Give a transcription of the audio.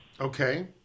Okay